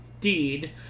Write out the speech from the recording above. Deed